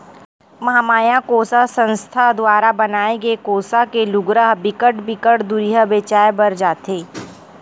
महमाया कोसा संस्था दुवारा बनाए गे कोसा के लुगरा ह बिकट बिकट दुरिहा बेचाय बर जाथे